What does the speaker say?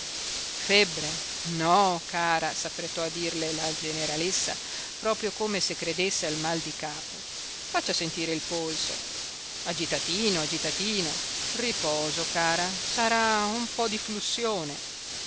febbre no cara s'affrettò a dirle la generalessa proprio come se credesse al mal di capo faccia sentire il polso agitatino agitatino riposo cara sarà un po di flussione